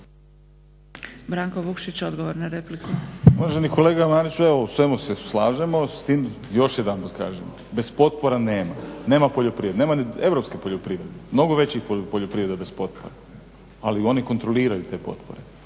laburisti - Stranka rada)** Uvaženi kolega Mariću, u svemu se slažemo s tim, još jedanput kažem, bez potpora nema, nema poljoprivrede, nema ni europske poljoprivrede, mnogo većih poljoprivreda bez potpora, ali oni kontroliraju te potpore.